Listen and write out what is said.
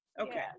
okay